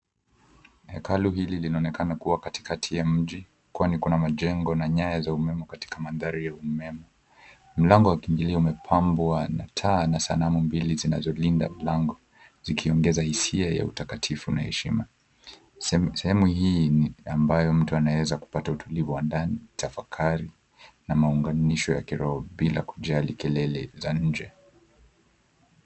Hekalu hili linaonekana kuwa katikati ya mji, kwani kuna majengo na nyaya za umeme katika mandhari ya umeme. Mlango wa kuingilia umepambwa na taa na sanamu mbili zinazolinda mlango, zikiongeza hisia ya utakatifu na heshima. Sehemu hii ni ambayo mtu anaweza kupata utulivu wa ndani, tafakari, na maunganisho ya kiroho bila kujali kelele za nje.